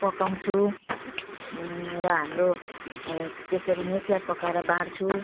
पकाउँछु र हाम्रो त्यसरी नै चिया पकाएर बाँड्छु